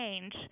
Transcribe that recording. change